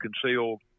concealed